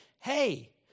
Hey